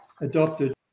adopted